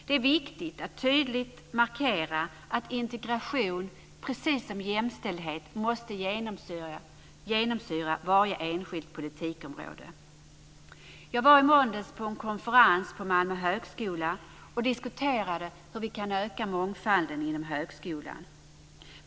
Det är viktigt att tydligt markera att integration, precis som jämställdhet, måste genomsyra varje enskilt politikområde. Jag var i måndags på en konferens på Malmö högskola och diskuterade hur vi kan öka mångfalden inom högskolan.